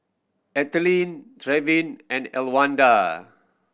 Ethelene Trevin and Elwanda